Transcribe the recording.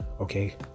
okay